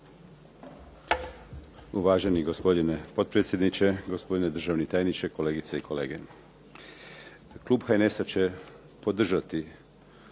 Uvaženi gospodine potpredsjedniče, gospodine državni tajniče, kolegice i kolege. Klub HNS-a će podržati